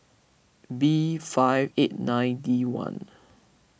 B five eight nine D one